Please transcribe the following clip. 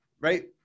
right